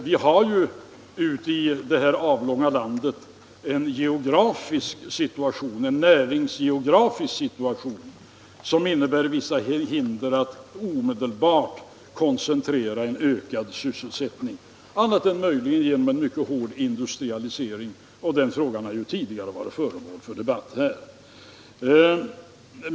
Vi har i det här avlånga landet en näringsgeografisk situation som innebär vissa hinder för en omedelbar etablering av ökad sysselsättning annat än möjligen genom en mycket hård industrialisering, måhända omflyttning av folk. Den frågan har ju tidigare varit föremål för debatt här.